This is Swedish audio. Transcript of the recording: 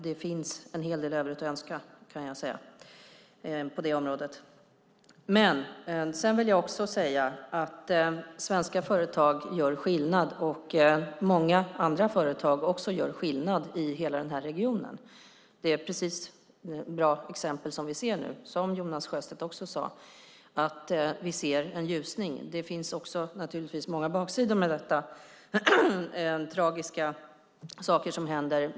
Det finns en hel del övrigt att önska på området, kan jag säga. Men jag vill också säga att svenska företag gör skillnad. Många andra företag gör också skillnad i hela regionen. Det är bra exempel som vi ser nu, vilket Jonas Sjöstedt också sade. Vi ser en ljusning. Det finns också många baksidor med detta och tragiska saker som händer.